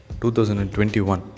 2021